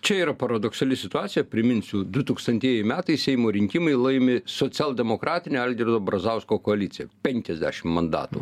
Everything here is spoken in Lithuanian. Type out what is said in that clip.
čia yra paradoksali situacija priminsiu du tūkstantieji metai seimo rinkimai laimi socialdemokratinė algirdo brazausko koalicija penkiasdešim mandatų